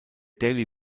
daily